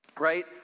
right